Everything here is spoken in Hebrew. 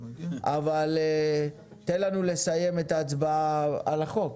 אבל תן לנו לסיים את ההצבעה על החוק.